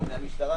מהמשטרה